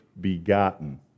begotten